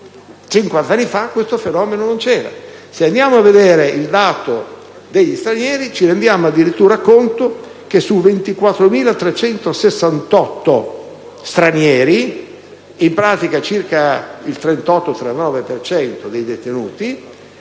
fa questo fenomeno non c'era. Se andiamo a vedere il dato degli stranieri ci rendiamo addirittura conto che su 24.368 stranieri (in pratica, circa il 38-39 per cento